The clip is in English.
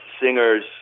singers